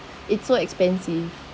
it's so expensive